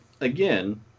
Again